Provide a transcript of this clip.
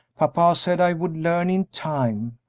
papa said i would learn in time,